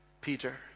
Peter